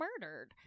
murdered